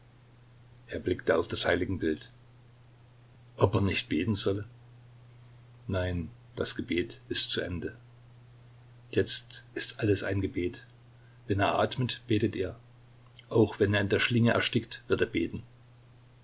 er blickte auf das heiligenbild ob er nicht beten solle nein das gebet ist zu ende jetzt ist alles ein gebet wenn er atmet betet er auch wenn er in der schlinge erstickt wird er beten